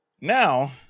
Now